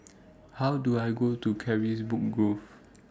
How Do I Go to Carisbrooke Grove